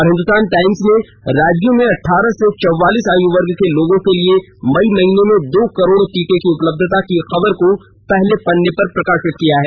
और हिंदुस्तान टाईम्स ने राज्यों में अठारह से चौवालीस आयु वर्ग के लोगों के लिए मई महीने में दो करोड़ टीके की उपलब्धता की खबर को पहले पन्ने पर प्रकाशित किया है